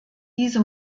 diese